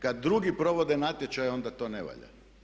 Kad drugi provode natječaje onda to ne valja.